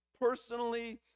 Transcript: personally